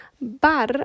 bar